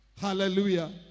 Hallelujah